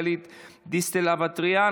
גלית דיסטל אטבריאן,